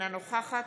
אינה נוכחת